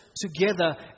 together